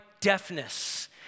deafness